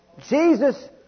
Jesus